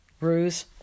ruse